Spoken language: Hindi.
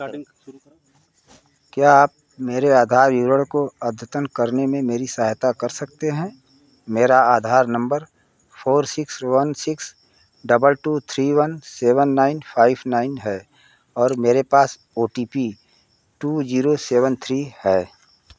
क्या आप मेरे आधार विवरण को अद्यतन करने में मेरी सहायता कर सकते हैं मेरा Aadhaar number four six one six double two three one seven nine five nine है और मेरे पास O T P two zero seven three है